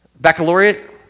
Baccalaureate